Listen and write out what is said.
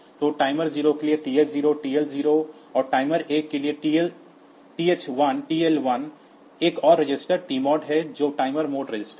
तो टाइमर 0 के लिए TH0 TL0 और टाइमर 1 के लिए TH1 TL1 एक और रजिस्टर टीमोड है जो टाइमर मोड रजिस्टर है